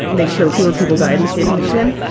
make sure fewer people died and stay in michigan.